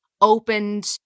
opened